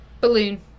Balloon